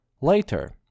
Later